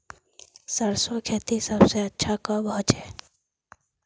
सरसों खेती सबसे अच्छा कब होचे?